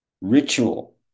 Ritual